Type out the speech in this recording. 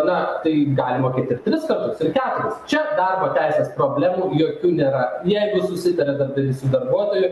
na tai gali mokėti ir tris kartus ir keturis čia darbo teisės problemų jokių nėra jeigu susitaria darbdavys su darbuotoju